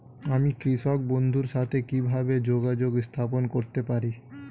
আমি কৃষক বন্ধুর সাথে কিভাবে যোগাযোগ স্থাপন করতে পারি?